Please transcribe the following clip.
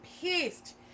pissed